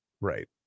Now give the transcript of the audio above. Right